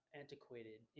antiquated